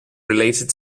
related